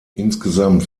insgesamt